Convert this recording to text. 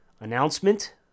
announcement